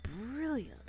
brilliant